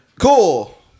Cool